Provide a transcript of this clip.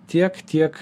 tiek tiek